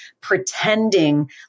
pretending